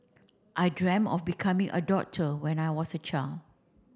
I dreamt of becoming a doctor when I was a child